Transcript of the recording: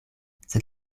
sed